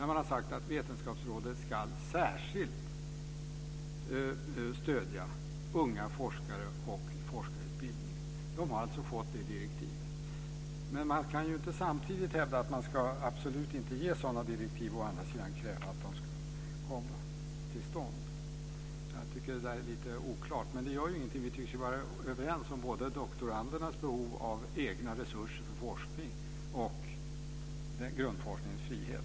Man har sagt att Vetenskapsrådet ska särskilt stödja unga forskare och forskarutbildning. Man har alltså fått det i direktivet. Men man kan inte hävda att man absolut inte ska ge sådana direktiv och samtidigt kräva att de ska komma till stånd. Jag tycker att det där är lite oklart. Men det gör ingenting. Vi tycks ju vara överens om både doktorandernas behov av egna resurser för forskning och om grundforskningens frihet.